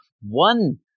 one